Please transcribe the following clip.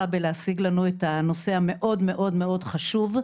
להשיג לנו את הנושא המאוד מאוד מאוד חשוב.